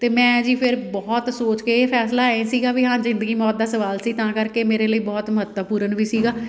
ਅਤੇ ਮੈਂ ਜੀ ਫਿਰ ਬਹੁਤ ਸੋਚ ਕੇ ਇਹ ਫੈਸਲਾ ਇਹ ਸੀਗਾ ਵੀ ਹਾਂ ਜ਼ਿੰਦਗੀ ਮੌਤ ਦਾ ਸਵਾਲ ਸੀ ਤਾਂ ਕਰਕੇ ਮੇਰੇ ਲਈ ਬਹੁਤ ਮਹੱਤਵਪੂਰਨ ਵੀ ਸੀਗਾ